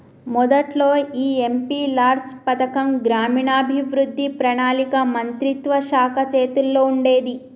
మొదట్లో ఈ MP LADS పథకం గ్రామీణాభివృద్ధి పణాళిక మంత్రిత్వ శాఖ చేతుల్లో ఉండేది